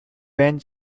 wayne